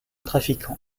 trafiquant